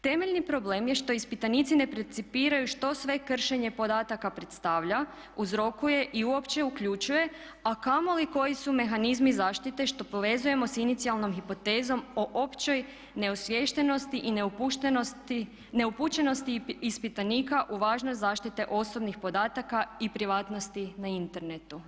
Temeljeni problem je što ispitanici ne percipiraju što sve kršenje podataka predstavlja, uzrokuje i uopće uključuje a kamoli koji su mehanizmi zaštite što povezujemo sa inicijalnom hipotezom o općoj neosviještenosti i neupućenosti ispitanika u važnost zaštite osobnih podataka i privatnosti na internetu.